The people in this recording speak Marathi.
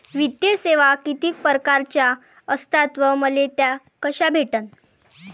वित्तीय सेवा कितीक परकारच्या असतात व मले त्या कशा भेटन?